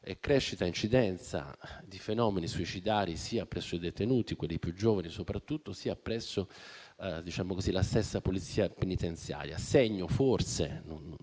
crescita e incidenza di fenomeni suicidari sia presso i detenuti, specie quelli più giovani, sia presso la stessa Polizia penitenziaria, segno forse